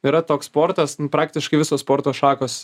yra toks sportas praktiškai visos sporto šakos